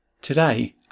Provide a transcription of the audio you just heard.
Today